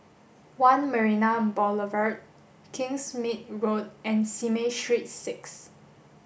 One Marina Boulevard Kingsmead Road and Simei Street six